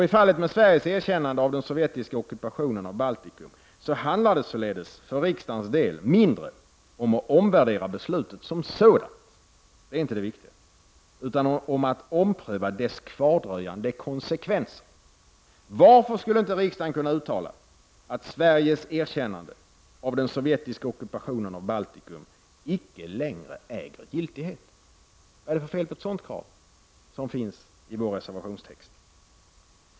I fallet med Sveriges erkännande av den sovjetiska ockupationen av Baltikum handlar det således för riksdagens del mindre om att omvärdera beslu 19 tet som sådant — det är inte det viktiga — och mer om att pröva dess kvardröjande konsekvenser. Varför skulle inte riksdagen kunna uttala att Sveriges erkännande av den sovjetiska ockupationen av Baltikum icke längre äger giltighet? Vad är det för fel på ett sådant krav, som ställs i vår reservationstext?